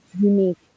unique